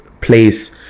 place